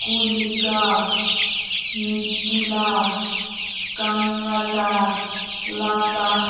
ꯀꯨꯜꯂꯤꯀꯥ ꯃꯤꯇꯤꯂꯥ ꯀꯪꯔꯛꯇꯥ ꯂꯥꯇꯥ